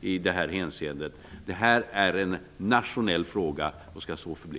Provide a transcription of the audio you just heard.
i detta hänseende. Detta är en nationell fråga och skall så förbli.